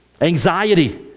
anxiety